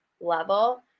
level